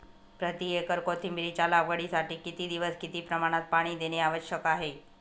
प्रति एकर कोथिंबिरीच्या लागवडीसाठी किती दिवस किती प्रमाणात पाणी देणे आवश्यक आहे?